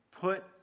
put